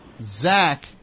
Zach